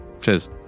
Cheers